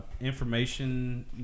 information